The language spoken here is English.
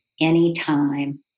anytime